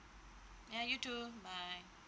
ya you too bye